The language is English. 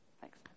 Thanks